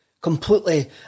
completely